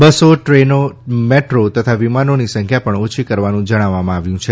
બસો ટ્રેનો મેટ્રો તથા વિમાનોની સંખ્યા પણ ઓછી કરવાનું જણાવવામાં આવ્યું છે